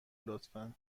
لطفا